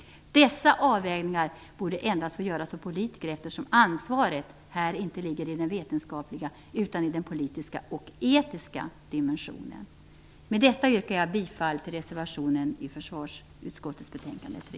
Dessa avvägningar borde endast få göras av politiker, eftersom ansvaret här inte ligger i den vetenskapliga utan i den politiska och etiska dimensionen. Med detta yrkar jag bifall till reservationen i försvarsutskottets betänkande 3.